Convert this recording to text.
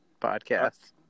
Podcast